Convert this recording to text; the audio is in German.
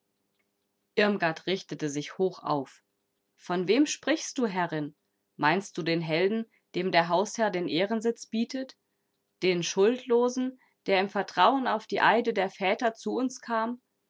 irmgard richtete sich hoch auf von wem sprichst du herrin meinst du den helden dem der hausherr den ehrensitz bietet den schuldlosen der im vertrauen auf die eide der väter zu uns kam